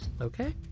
Okay